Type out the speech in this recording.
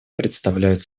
представляют